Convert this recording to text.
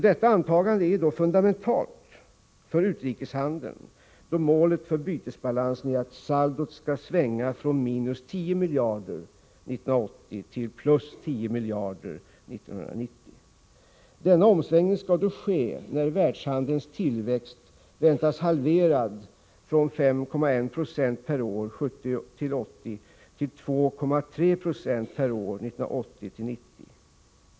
Detta antagande är fundamentalt för utrikeshandeln, då målet för bytesbalansen är att saldot skall svänga från minus 10 miljarder 1980 till plus 10 miljarder 1990. Denna omsvängning skall ske när världshandelns tillväxt väntas halverad från 5,1 96 per år 1970-1980 till 2,3 20 per år 1980-1990.